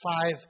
five